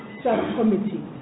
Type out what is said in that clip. subcommittee